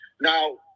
Now